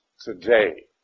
today